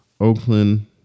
Oakland